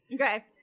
Okay